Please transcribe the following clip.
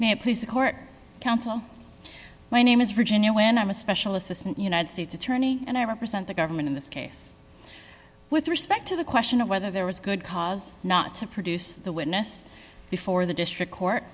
please the court counsel my name is virginia when i'm a special assistant united states attorney and i represent the government in this case with respect to the question of whether there was good cause not to produce the witness before the district court